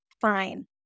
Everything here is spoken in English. fine